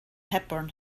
hepburn